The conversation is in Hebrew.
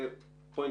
זה point